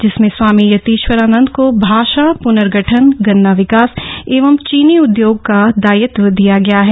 जिनमें स्वामी यतीश्वरानंद को भाषा प्नर्गठन गन्ना विकास एवं चीनी उद्योग का दायित्व दिया गया है